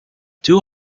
two